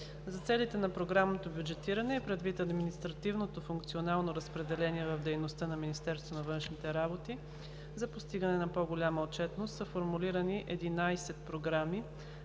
За целите на програмното бюджетиране и предвид административното функционално разпределение в дейността на Министерството на външните работи за постигане на по-голяма отчетност са формулирани единадесет програми,